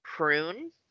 Prune